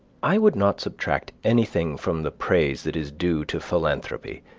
i would not subtract anything from the praise that is due to philanthropy,